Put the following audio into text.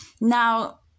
now